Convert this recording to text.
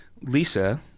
Lisa